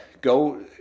go